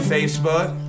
Facebook